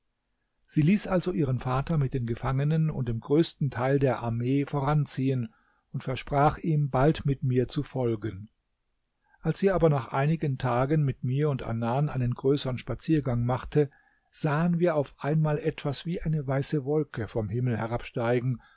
sie ließ also ihren vater mit den gefangenen und dem größten teil der armee voranziehen und versprach ihm bald mit mir zu folgen als sie aber nach einigen tagen mit mir und anan einen größern spaziergang machte sahen wir auf einmal etwas wie eine weiße wolke vom himmel